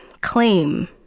claim